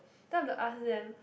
then I have to like ask them